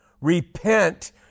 Repent